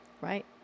Right